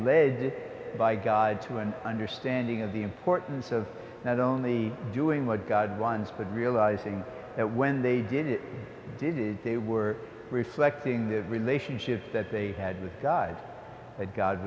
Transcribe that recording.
led by god to an understanding of the importance of not only doing what god wants but realizing that when they did it did they were reflecting the relationships that they had with god